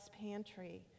pantry